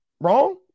wrong